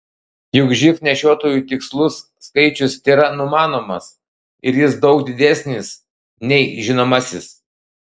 juk živ nešiotojų tikslus skaičius tėra numanomas ir jis daug didesnis nei žinomasis